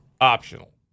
Optional